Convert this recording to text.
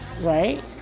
right